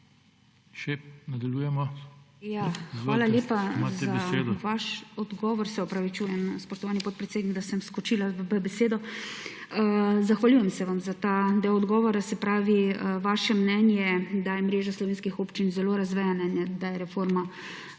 MURŠIČ (PS SD): Hvala lepa za vaš odgovor. Se opravičujem, spoštovani podpredsednik, da sem vskočila v besedo. Zahvaljujem se vam za ta del odgovora. Se pravi, vaše mnenje, da je mreža slovenskih občin zelo razvejana in da je reforma